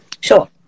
sure